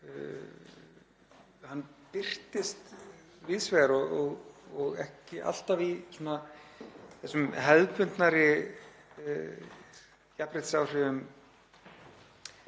birtist víðs vegar og ekki alltaf í þessum hefðbundnari jafnréttisáhrifum